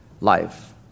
life